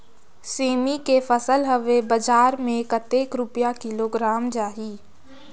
सेमी के फसल हवे बजार मे कतेक रुपिया किलोग्राम जाही?